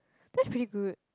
that's pretty good